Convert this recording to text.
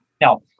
Now